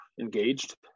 engaged